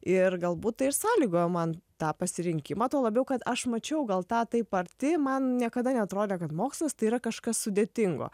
ir galbūt tai ir sąlygojo man tą pasirinkimą tuo labiau kad aš mačiau gal tą taip arti man niekada neatrodė kad mokslas tai yra kažkas sudėtingo